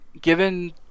given